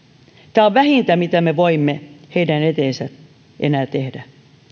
tämä on vähintä mitä me voimme heidän eteensä enää tehdä